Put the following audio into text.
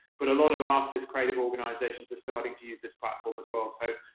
but a lot of artists, creative organisations, are starting to use this platform as well. so,